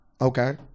Okay